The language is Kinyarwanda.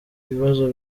ibibazo